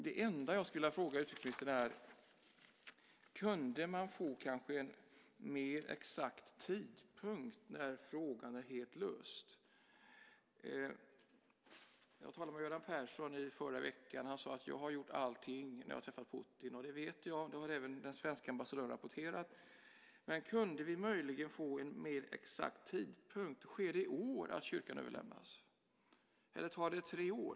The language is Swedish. Det enda jag skulle vilja fråga utrikesministern är: Kunde man kanske få en mer exakt tidpunkt för när frågan är helt löst? Jag talade med Göran Persson i förra veckan som sade att han hade gjort allting när han träffat Putin, och det vet jag. Det har även den svenske ambassadören rapporterat. Men kunde vi möjligen få en mer exakt tidpunkt? Sker det i år att kyrkan överlämnas, eller tar det tre år?